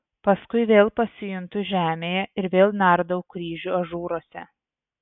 paskui vėl pasijuntu žemėje ir vėl nardau kryžių ažūruose